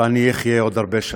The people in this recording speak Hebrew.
ואני אחיה עוד הרבה שנים,